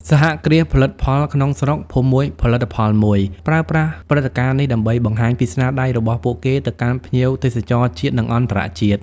សហគ្រាសផលិតផលក្នុងស្រុក "ភូមិមួយផលិតផលមួយ" ប្រើប្រាស់ព្រឹត្តិការណ៍នេះដើម្បីបង្ហាញពីស្នាដៃរបស់ពួកគេទៅកាន់ភ្ញៀវទេសចរជាតិ និងអន្តរជាតិ។